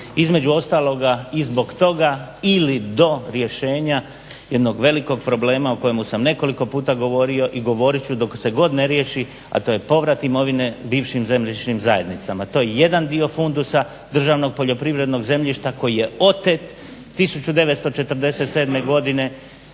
između ostaloga i zbog toga ili do rješenja jednog velikog problema o kojem sam nekoliko puta govorio i govorit ću dok se god ne riješi, a to je povrat mirovine bivšim zemljišnim zajednicama. To je jedan dio fundusa državnog poljoprivrednog zemljišta koji je otet 1947.godine